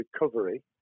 recovery